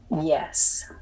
yes